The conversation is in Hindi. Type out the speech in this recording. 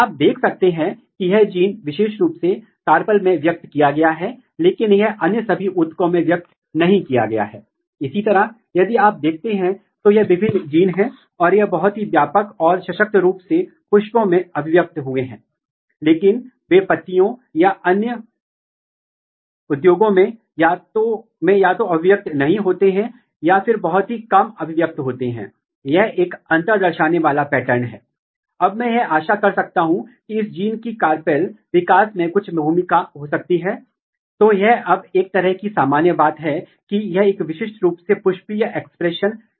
आप देख सकते हैं कि प्राथमिक जड़ें विकसित हो चुकी हैं और इन प्राथमिक जड़ों में पार्श्व जड़ों की महत्वपूर्ण संख्या है लेकिन जब आप दोनों को जोड़ते हैं जब आप एक डबल उत्परिवर्ती बनाते हैं जहां arf7 और साथ ही साथ arf19 दोनों बाधित होते हैं तो आप देख सकते हैं कि प्राथमिक जड़ों को बहुत अच्छी तरह से उगाया गया है और यह जंगली प्रकार के बराबर है लेकिन इसकी कोई पार्श्व जड़ नहीं है